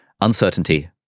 Uncertainty